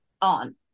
on